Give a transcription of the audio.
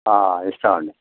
ఇస్తామండి